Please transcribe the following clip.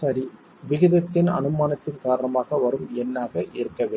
சரி விகிதத்தின் அனுமானத்தின் காரணமாக வரும் எண்ணாக இருக்க வேண்டும்